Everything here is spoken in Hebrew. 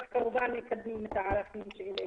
אבל כמובן מקדמים את הערכים שהעלינו.